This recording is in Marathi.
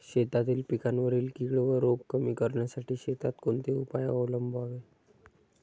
शेतातील पिकांवरील कीड व रोग कमी करण्यासाठी शेतात कोणते उपाय अवलंबावे?